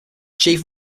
chief